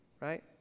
right